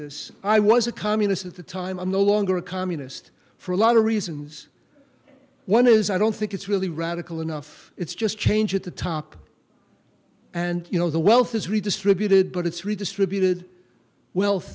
this i was a communist at the time i'm no longer a communist for a lot of reasons one is i don't think it's really radical enough it's just change at the top and you know the wealth is redistributed but it's redistributed wealth